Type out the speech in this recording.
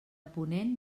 ponent